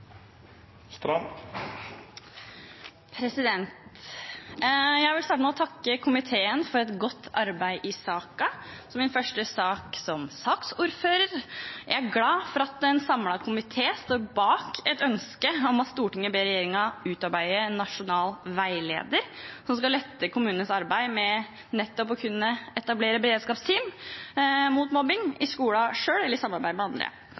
vil starte med å takke komiteen for et godt arbeid i saken i min første sak som saksordfører. Jeg er glad for at en samlet komité står bak ønsket om at «Stortinget ber regjeringen utarbeide en nasjonal veileder som skal lette kommunenes arbeid med å etablere beredskapsteam mot mobbing i skolen selv eller i samarbeid med andre».